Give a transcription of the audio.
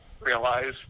realize